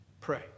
Pray